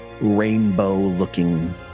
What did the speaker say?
rainbow-looking